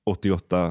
88